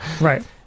Right